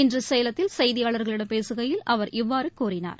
இன்றுசேலத்தில் செய்தியாளர்களிடம் பேசுகையில் அவர் இவ்வாறுகூறினார்